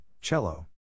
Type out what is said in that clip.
Cello